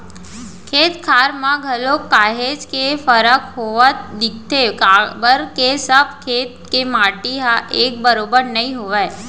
खेत खार म घलोक काहेच के फरक होवत दिखथे काबर के सब खेत के माटी ह एक बरोबर नइ होवय